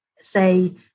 say